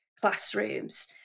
classrooms